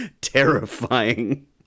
terrifying